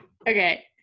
okay